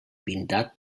pintat